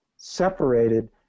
separated